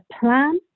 plan